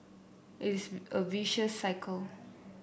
it is a vicious cycle